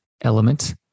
element